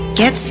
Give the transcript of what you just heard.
get